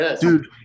Dude